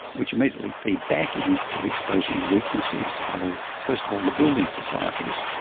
which immediately feed back in to exposing the weaknesses of first of all the building societies,